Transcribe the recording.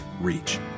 reach